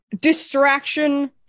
distraction